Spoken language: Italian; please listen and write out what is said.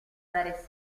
dare